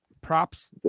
Props